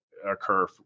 occur